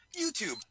youtube